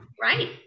Right